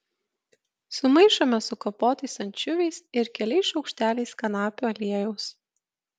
sumaišome su kapotais ančiuviais ir keliais šaukšteliais kanapių aliejaus